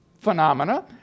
phenomena